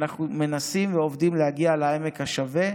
אנחנו מנסים ועובדים כדי להגיע לעמק השווה,